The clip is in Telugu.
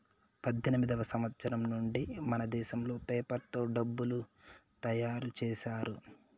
పద్దెనిమిదివ సంవచ్చరం నుండి మనదేశంలో పేపర్ తో డబ్బులు తయారు చేశారు